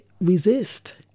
resist